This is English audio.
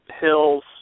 Hills